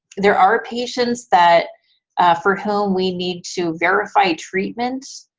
there are patients that for whom we need to verify treatment,